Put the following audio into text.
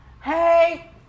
Hey